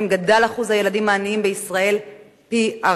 גדל אחוז הילדים העניים בישראל פי-ארבעה.